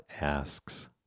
asks